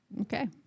Okay